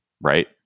right